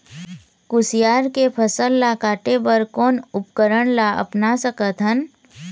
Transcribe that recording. कुसियार के फसल ला काटे बर कोन उपकरण ला अपना सकथन?